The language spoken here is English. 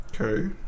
Okay